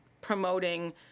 promoting